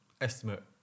estimate